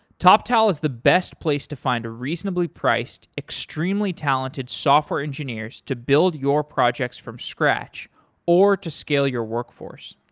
toptal is the best place to find reasonably priced, extremely talented software engineers to build your projects from scratch or to skill your workforce.